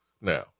now